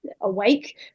awake